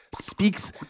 speaks